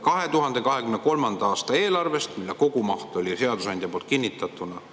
2023. aasta eelarvest, mille kogumaht oli seadusandja poolt kinnitatuna